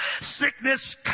Sickness